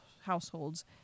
households